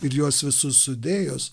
ir juos visus sudėjus